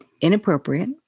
inappropriate